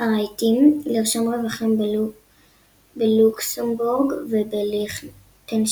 הרהיטים לרשום רווחים בלוקסמבורג ובליכטנשטיין,